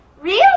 Real